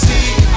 See